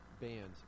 bands